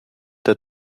der